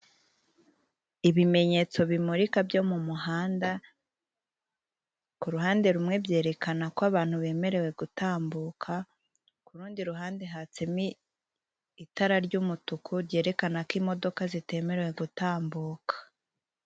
Ibimenyetso bimurika byo mu muhanda ku ruhande rumwe byerekana ko abantu bemerewe gutambuka, ku rundi ruhande hatsemo itara ry'umutuku ryerekana ko imodoka zitemerewe gutambuka.